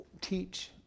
teach